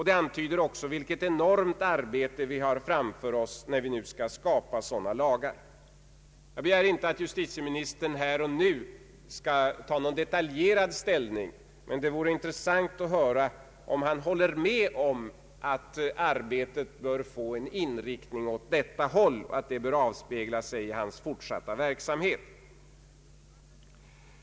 Den antyder också vilket enormt arbete vi har framför oss, när vi skall skapa sådana lagar. Jag begär inte att justitieministern här och nu skall ta ställning i detalj, men det vore intressant att höra om han håller med om att arbetet får en inriktning åt detta håll och att det bör avspeglas i hans fortsatta verksamhet.